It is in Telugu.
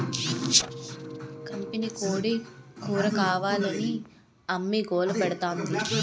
కంపినీకోడీ కూరకావాలని అమ్మి గోలపెడతాంది